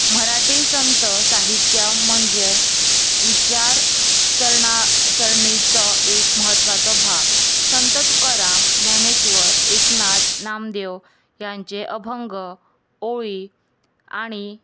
मराठी संत साहित्य म्हणजे विचार सरणा सरणीचो एक म्हत्वाचो भाग संत तुकाराम ज्ञानेश्वर एकनाथ नामदेव ह्यांचे अभंग ओळी आणी